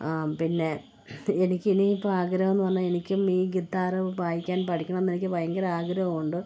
പിന്നെ എനിക്ക് ഇനി ഇപ്പോൾ ആഗ്രഹമെന്ന് പറഞ്ഞാൽ എനിക്കും ഈ ഗിത്താറ് വായിക്കാൻ പഠിക്കണമെന്നെനിക്ക് ഭയങ്കരം ആഗ്രഹമുണ്ട്